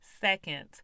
Second